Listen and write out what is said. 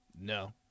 No